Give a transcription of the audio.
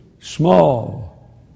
Small